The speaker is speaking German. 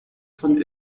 von